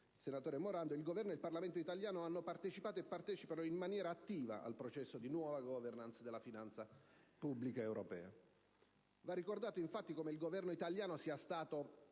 senatore Morando, il Governo e il Parlamento italiano hanno partecipato e partecipano in maniera attiva al processo di nuova *governance* della finanza pubblica europea. Va ricordato infatti come il Governo italiano sia stato